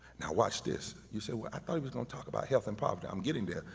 now, watch this, you say, well, i thought he was gonna talk about health and poverty, i'm getting there,